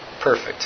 perfect